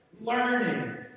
learning